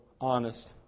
honest